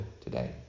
today